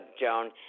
Joan